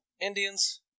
Indians